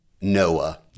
Noah